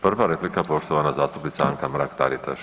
Prva replika poštovana zastupnica Anka Mrak Taritaš.